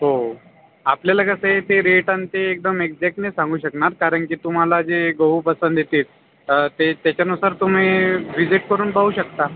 हो आपल्याला कसं आहे ते रेट आणि ते एकदम एक्झॅक्ट नाही सांगू शकणार कारण की तुम्हाला जे गहू पसंत येतील अं ते त्याच्यानुसार तुम्ही विजिट करून पाहू शकता